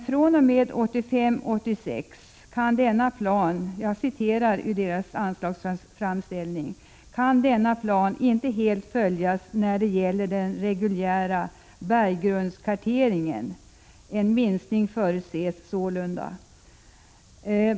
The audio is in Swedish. fr.o.m. 1985/86 kan denna plan inte helt följas när det gäller den reguljära berggrundskarteringen. En minskning förutses sålunda.